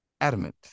Adamant